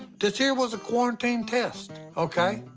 this here was a quarantine test, okay,